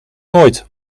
nooit